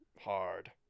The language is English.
hard